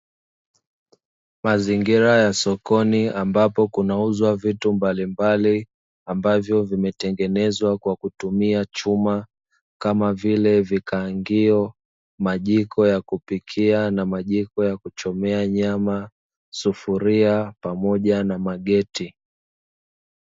Mazingira ya sokoni ambapo kunauzwa vitu mbalimbali ambavyo vimetengenezwa kwa kutumia chuma, kama vile; vikaangio, majiko ya kupikia na majiko ya kuchomea nyama, sufuria pamoja na mageti.